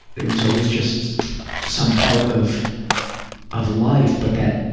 it was always just some part of of life, but that,